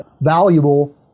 valuable